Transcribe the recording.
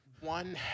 One